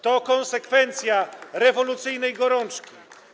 To konsekwencja rewolucyjnej gorączki.